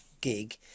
gig